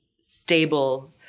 stable